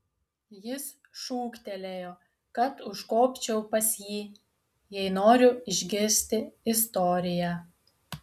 jis šūktelėjo kad užkopčiau pas jį jei noriu išgirsti istoriją